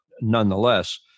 nonetheless